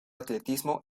atletismo